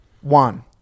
One